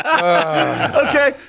Okay